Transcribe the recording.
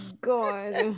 God